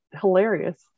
hilarious